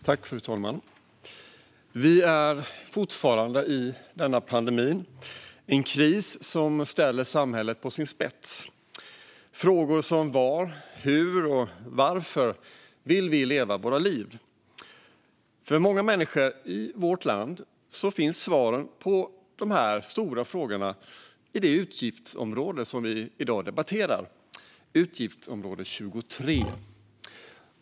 Fru talman! Vi är fortfarande i denna pandemi. Det är en kris som ställer samhället på sin spets och ger upphov till frågor som var, hur och varför vi vill leva våra liv. För många människor i vårt land finns svaren på dessa stora frågor i det utgiftsområde som vi i dag debatterar, det vill säga utgiftsområde 23.